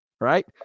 right